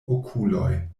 okuloj